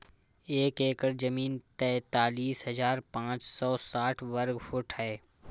एक एकड़ जमीन तैंतालीस हजार पांच सौ साठ वर्ग फुट है